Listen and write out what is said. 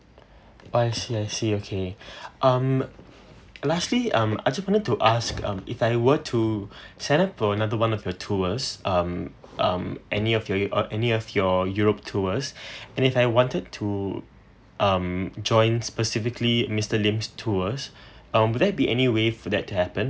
oh I see I see okay um lastly um I just wanna to ask um if I were to sign up for another one of your tours um um any of you uh any of your europe tour and if I wanted to um join specifically mister lim tours um will there be any way for that to happen